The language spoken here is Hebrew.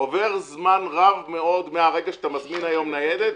עובר זמן רב מאוד מהרגע שאתה מזמין היום ניידת,